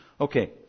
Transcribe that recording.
Okay